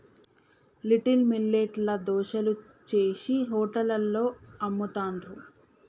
little millet ల దోశలు చేశి హోటళ్లలో అమ్ముతాండ్రు